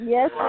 Yes